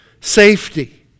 Safety